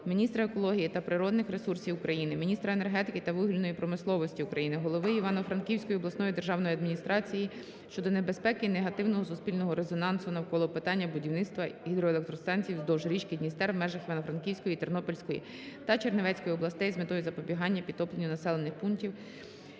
міністра екології та природних ресурсів України, міністра енергетики та вугільної промисловості України, голови Івано-Франківської обласної державної адміністрації щодо небезпеки і негативного суспільного резонансу навколо питання будівництва гідроелектростанцій вздовж річки Дністер в межах Івано-Франківської, Тернопільської та Чернівецької областей з метою запобігання підтопленню населених пунктів